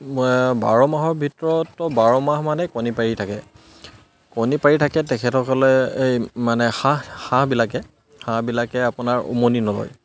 বাৰ মাহৰ ভিতৰত বাৰ মাহ মানেই কণী পাৰি থাকে কণী পাৰি থাকে তেখেতসকলে এই মানে হাঁহ হাঁহবিলাকে হাঁহবিলাকে আপোনাৰ উমনি নহয়